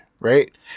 right